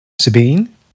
Sabine